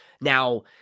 Now